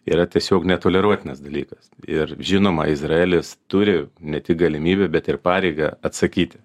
yra tiesiog netoleruotinas dalykas ir žinoma izraelis turi ne tik galimybių bet ir pareigą atsakyti